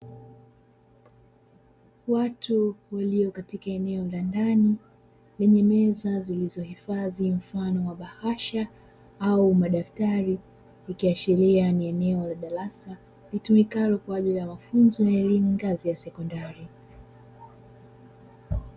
Watu walio katika eneo la ndani lenye meza zilizohifadhi mfano wa bahasha au madaktari. Ikiashiria ni eneo la darasa litumikalo kwa ajili ya mafunzo ya elimu ngazi ya sekondari.